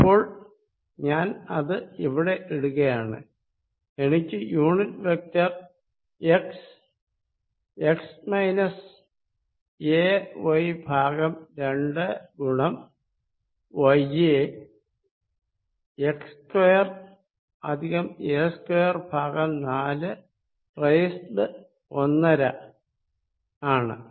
അപ്പോൾ ഞാൻ ഇത് ഇവിടെ ഇടുകയാണ് എനിക്ക് unit vector x x minus a y ഭാഗം രണ്ട് ഗുണം വൈ യെ എക്സ് സ്ക്വയർ അധികം എ സ്ക്വയർ ഭാഗം നാല് റൈസ്ഡ് ഒന്നര ആണ്